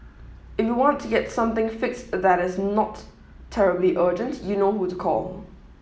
if you want to get something fixed that is not terribly urgent you know who to call